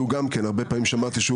שהוא גם הרבה פעמים שמעתי שהוא